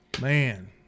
Man